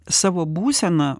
savo būseną